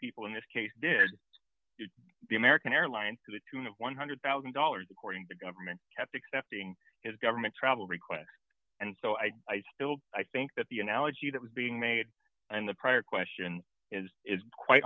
people in this case did the american airline to the tune of one hundred thousand dollars according to government kept accepting government travel requests and so i will i think that the analogy that was being made and the prior question is is quite